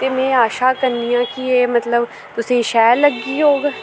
ते मैं आशा करनी आं कि एह् मतलव तुसें शैल लग्गी होग